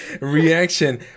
reaction